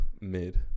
mid